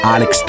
Alex